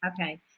Okay